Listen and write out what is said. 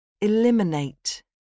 Eliminate